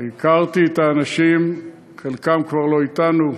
הכרתי את האנשים, חלקם כבר לא אתנו,